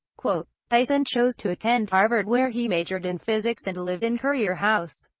tyson chose to attend harvard where he majored in physics and lived in currier house.